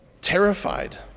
Terrified